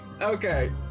Okay